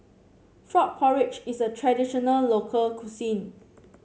Frog Porridge is a traditional local cuisine